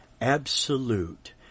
absolute